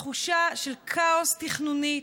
תחושה של כאוס תכנוני,